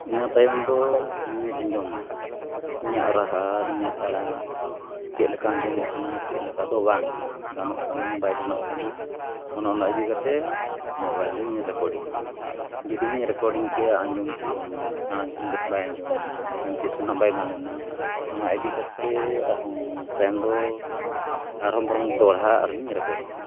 ᱤᱱᱟᱹ ᱛᱟᱭᱚᱢ ᱫᱚ ᱤᱧᱤᱧ ᱟᱸᱡᱚᱢᱟ ᱤᱧᱟᱹᱜ ᱨᱟᱦᱟ ᱤᱧᱟᱹᱜ ᱟᱲᱟᱝ ᱪᱮᱫ ᱞᱮᱠᱟ ᱟᱸᱡᱚᱢᱚᱜ ᱠᱟᱱᱟ ᱪᱮᱫ ᱞᱮᱠᱟ ᱫᱚ ᱵᱟᱝᱟ ᱜᱟᱱᱚᱜ ᱠᱟᱱᱟ ᱵᱟᱭ ᱜᱟᱱᱚᱜ ᱠᱟᱱᱟ ᱚᱱ ᱚᱱᱟ ᱤᱫᱤ ᱠᱟᱛᱮᱫ ᱢᱳᱵᱟᱭᱤᱞ ᱨᱮᱧ ᱨᱮᱠᱚᱰᱤᱝᱼᱟ ᱡᱩᱫᱤᱧ ᱨᱮᱠᱚᱰᱤᱝ ᱠᱮᱜᱼᱟ ᱟᱡᱚᱢ ᱠᱮᱜᱼᱟᱹᱧ ᱟᱲᱟᱝ ᱛᱤᱧ ᱵᱮᱥ ᱵᱟᱭ ᱟᱸᱡᱚᱢ ᱞᱮᱱᱟ ᱵᱟᱠᱷᱟᱱ ᱪᱮᱫ ᱦᱟᱸᱜ ᱵᱟᱭ ᱜᱟᱱ ᱞᱮᱱᱟ ᱚᱱᱟ ᱤᱫᱤ ᱠᱟᱛᱮᱫ ᱟᱨᱦᱚᱸ ᱛᱟᱭᱚᱢ ᱫᱚ ᱟᱨᱦᱚᱸ ᱵᱚᱨᱚᱝ ᱫᱚᱦᱲᱟ ᱟᱨᱦᱚᱧ ᱨᱮᱠᱚᱰᱤᱝᱼᱟ